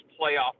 playoff